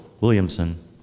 Williamson